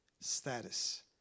status